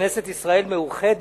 שכנסת ישראל מאוחדת